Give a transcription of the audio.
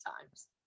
times